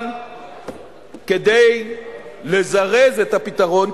אבל כדי לזרז את הפתרון,